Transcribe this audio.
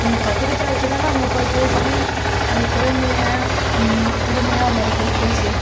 கற்றுக்கிட்டத வச்சுதான் அங்கே போய் பேசி அது திறமையை திறமையாக வருது பேசி